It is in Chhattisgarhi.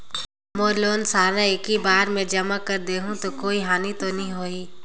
मोर लोन सारा एकी बार मे जमा कर देहु तो कोई हानि तो नी होही?